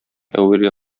әүвәлге